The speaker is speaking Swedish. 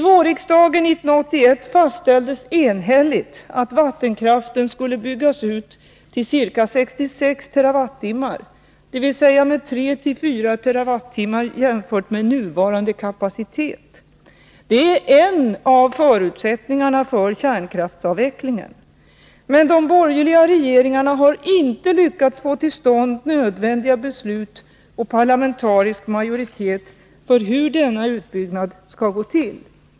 Våren 1981 fastställdes enhälligt att vattenkraften skulle byggas ut till ca 66 TWh, dvs. med 3-4 TWh jämfört med nuvarande kapacitet. Det är en av förutsättningarna för kärnkraftsavvecklingen. Men de borgerliga regeringarna har inte lyckats få till stånd nödvändiga beslut och parlamentarisk majoritet för hur denna utbyggnad skall gå till.